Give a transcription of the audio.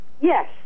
Yes